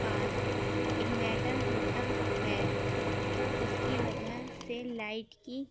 پاس inverter ہوتا ہے تو اس کی وجہ سے لائٹ کی